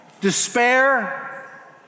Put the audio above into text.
despair